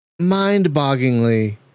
mind-bogglingly